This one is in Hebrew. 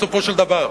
בסופו של דבר.